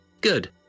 Good